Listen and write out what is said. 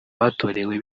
batorewe